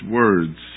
words